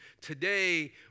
Today